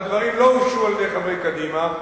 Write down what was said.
שהדברים לא אושרו על-ידי חברי קדימה,